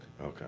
Okay